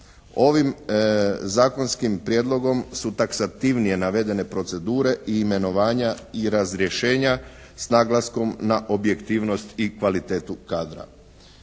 Ovim zakonskim prijedlogom su taksativnije navedene procedure i imenovanja i razrješenja s naglaskom na objektivnost i kvalitetu kadra.